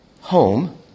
home